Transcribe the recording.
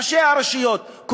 ראשי הרשויות.